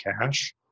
cash